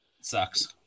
sucks